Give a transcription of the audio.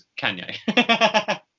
Kanye